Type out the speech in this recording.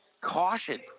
caution